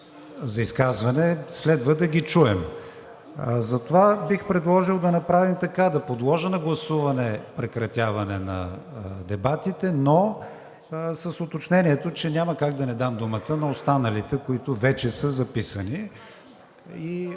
за изказване, следва да ги чуем. Затова бих предложил да направим така – да подложа на гласуване прекратяване на дебатите, но с уточнението, че няма как да не дам думата на останалите, които вече са записани.